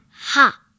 ha